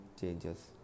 changes